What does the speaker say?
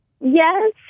yes